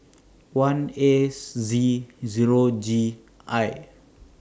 one Ace Z Zero G I